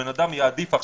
הבן אדם יעדיף עכשיו,